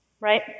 right